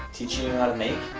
teaching you how to make?